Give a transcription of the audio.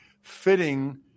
fitting